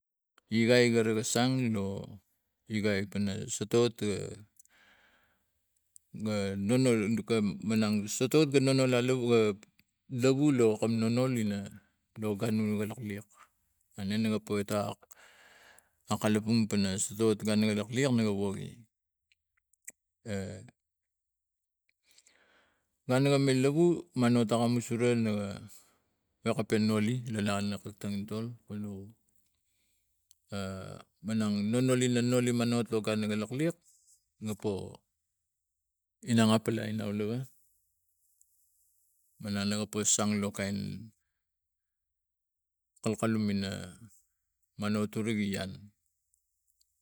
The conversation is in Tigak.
Igai gari ga sang lo igai pana sotot lovu lo kam nonol ina ganu ina lak liak a kalapang pana gun ga lak liak ga woge mano takam u sure la kalkalum ina mano turi gi ian.